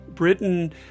Britain